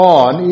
on